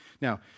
Now